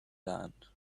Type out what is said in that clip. hand